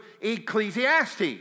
Ecclesiastes